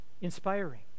inspiring